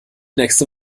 nächste